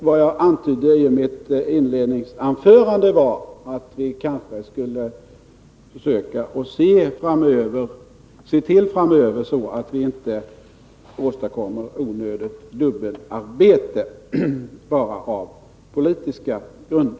Vad jag antydde i mitt tidigare inlägg var att vi framöver skall försöka se till att vi inte Granskning av åstadkommer onödigt dubbelarbete bara på politiska grunder.